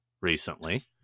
recently